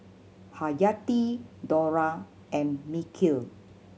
Haryati Dollah and Mikhail